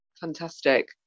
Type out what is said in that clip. fantastic